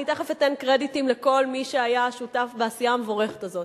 ואני תיכף אתן קרדיטים לכל מי שהיה שותף בעשייה המבורכת הזאת,